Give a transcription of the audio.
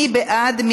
מי בעד?